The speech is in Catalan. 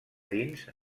dins